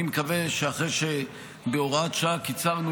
אני מקווה שאחרי שבהוראת שעה קיצרנו